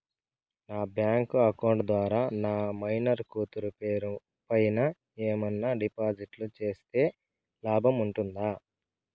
నా bank account ద్వారా నా మైనర్ కూతురు పేరు పైన ఏమన్నా డిపాజిట్లు సేస్తే లాభం ఉంటుందా?